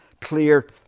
clear